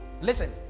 listen